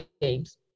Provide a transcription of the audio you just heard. games